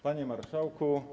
Panie Marszałku!